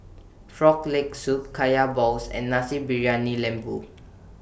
Frog Leg Soup Kaya Balls and Nasi Briyani Lembu